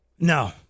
No